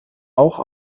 auch